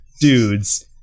dudes